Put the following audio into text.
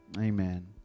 amen